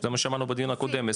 זה מה ששמענו בדיון הקודם.